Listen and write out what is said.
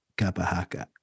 Kapahaka